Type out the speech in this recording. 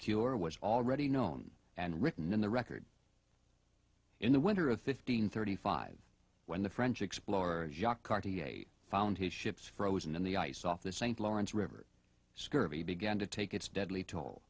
cure was already known and written in the record in the winter of fifteen thirty five when the french explorer found his ships frozen in the ice off the st lawrence river scurvy began to take its deadly toll